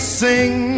sing